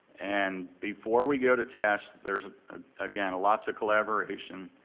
and before we go to test, there's again lots of collaboration,